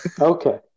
okay